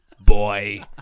boy